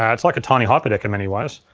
yeah it's like a tiny hyperdeck in many ways,